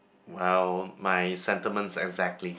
oh my sentiments exactly